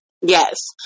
Yes